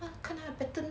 我看他的 pattern